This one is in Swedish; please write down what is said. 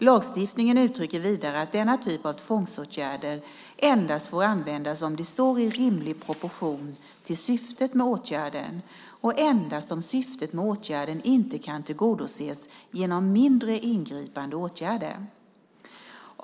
Lagstiftningen uttrycker vidare att denna typ av tvångsåtgärder endast får användas om de står i rimlig proportion till syftet med åtgärden och endast om syftet med åtgärden inte kan tillgodoses genom mindre ingripande åtgärder.